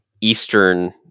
Eastern